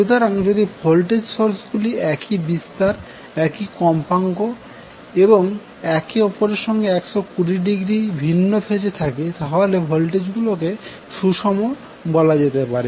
সুতরাং যদি voltage source গুলি একই বিস্তার একই কম্পাঙ্ক এবং একে অপরের সঙ্গে 120০ ভিন্ন ফেজে থাকে তাহলে ভোল্টেজ গুলোকে সুষম বলা যেতে পারে